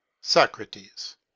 Socrates